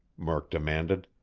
murk demanded.